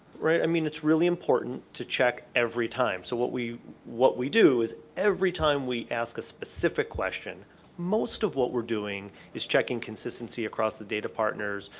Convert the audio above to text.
right? i mean it's really important to check every time. so what we what we do is every time we ask a specific question most of what we're doing is checking consistency across the data partners,